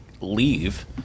leave